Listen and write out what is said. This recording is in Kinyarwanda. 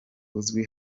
uzwi